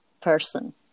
person